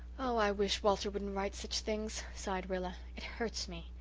oh, i wish walter wouldn't write such things, sighed rilla. it hurts me.